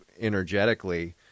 energetically